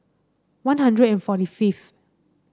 One Hundred and forty fifth